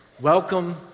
Welcome